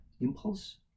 impulse